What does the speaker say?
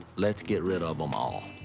let's get rid of them all.